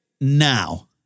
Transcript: now